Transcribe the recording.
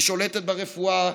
היא שולטת ברפואה,